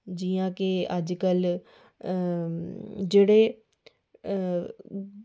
जि'यां कि अजकल जेह्डे़